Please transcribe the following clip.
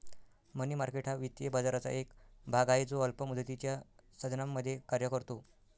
मनी market हा वित्तीय बाजाराचा एक भाग आहे जो अल्प मुदतीच्या साधनांमध्ये कार्य करतो